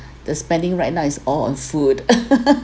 the spending right now is all on food